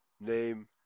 name